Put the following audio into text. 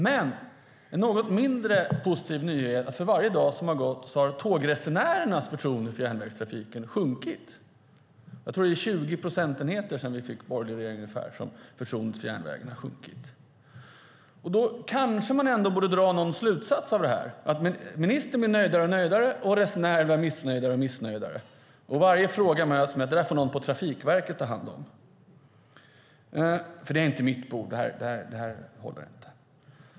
Men en något mindre positiv sak är att för varje dag som har gått har tågresenärernas förtroende för järnvägstrafiken sjunkit - jag tror att det har sjunkit med närmare 20 procentenheter sedan vi fick borgerlig regering. Kanske man ändå borde dra någon slutsats av detta att ministern blir nöjdare och nöjdare medan resenärerna blir missnöjdare och missnöjdare. Varje fråga bemöts med: Det där får någon på Trafikverket ta hand om, för det är inte mitt bord!